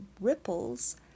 ripples